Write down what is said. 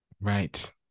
Right